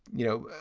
you know,